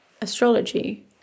astrology